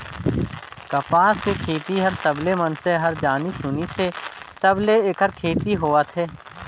कपसा के खेती हर सबलें मइनसे हर जानिस सुनिस हे तब ले ऐखर खेती होवत हे